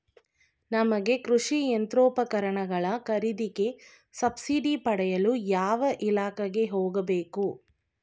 ನಮಗೆ ಕೃಷಿ ಯಂತ್ರೋಪಕರಣಗಳ ಖರೀದಿಗೆ ಸಬ್ಸಿಡಿ ಪಡೆಯಲು ಯಾವ ಇಲಾಖೆಗೆ ಹೋಗಬೇಕು?